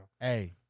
Hey